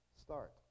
start